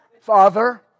Father